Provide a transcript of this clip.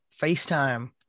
FaceTime